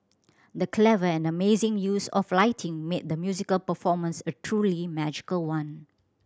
the clever and amazing use of lighting made the musical performance a truly magical one